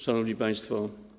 Szanowni Państwo!